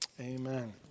Amen